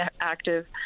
active